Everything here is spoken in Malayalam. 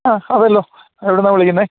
ആ അതേല്ലോ എവിടെനിന്നാണു വിളിക്കുന്നേ